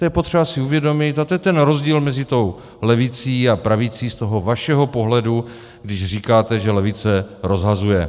To je potřeba si uvědomit a to je ten rozdíl mezi tou levicí a pravicí z toho vašeho pohledu, když říkáte, že levice rozhazuje.